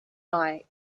night